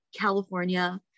California